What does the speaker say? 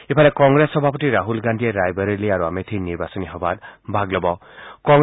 ইফালে কংগ্ৰেছ সভাপতি ৰাহুল গান্ধীয়ে ৰায়বেৰেলী আৰু আমেথিৰ নিৰ্বাচনী সভাত ভাগ ল'ব